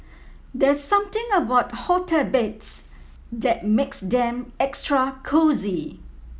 there's something about hotel beds that makes them extra cosy